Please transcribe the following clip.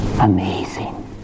Amazing